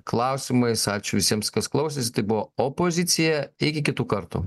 klausimais ačiū visiems kas klausėsi tai buvo opozicija iki kitų kartų